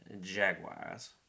Jaguars